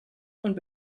und